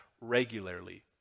regularly